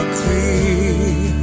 clear